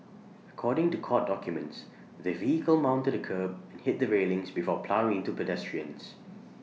according to court documents the vehicle mounted A kerb and hit the railings before ploughing into pedestrians